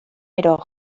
eror